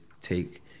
take